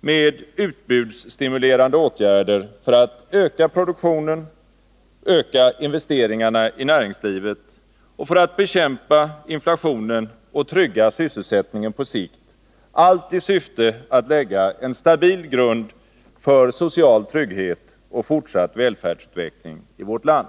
med utbudsstimulerande åtgärder för att öka produktionen och investeringarna i näringslivet, för att bekämpa inflationen och trygga sysselsättningen på sikt, allt i syfte att lägga en stabil grund för social trygghet och fortsatt välfärdsutveckling i vårt land.